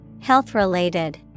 health-related